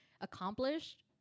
accomplished